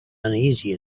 uneasy